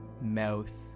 mouth